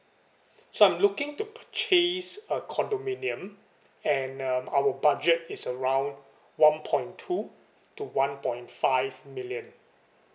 so I'm looking to purchase a condominium and um our budget is around one point two to one point five million